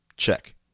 Check